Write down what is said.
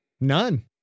None